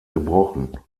gebrochen